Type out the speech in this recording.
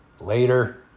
Later